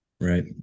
Right